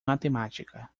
matemática